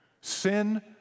Sin